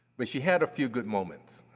but she had a few good moments.